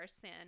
sin